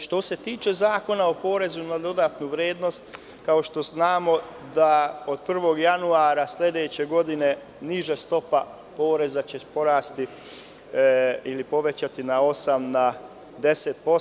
Što se tiče Zakona o porezu na dodatu vrednost, kao što znamo, od 1. januara sledeće godine niža stopa poreza će porasti, odnosno povećaće se sa 8% na 10%